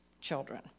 children